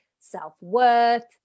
self-worth